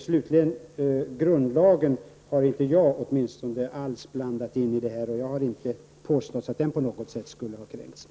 Till slut: Grundlagen har jag inte alls blandat in i det här. Jag har inte påstått att den på något sätt skulle ha kränkts.